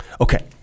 Okay